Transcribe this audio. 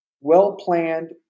well-planned